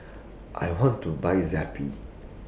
I want to Buy Zappy